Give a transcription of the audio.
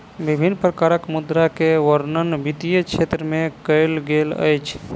विभिन्न प्रकारक मुद्रा के वर्णन वित्तीय क्षेत्र में कयल गेल अछि